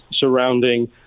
surrounding